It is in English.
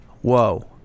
Whoa